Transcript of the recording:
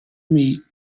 meat